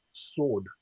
sword